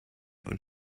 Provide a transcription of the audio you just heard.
und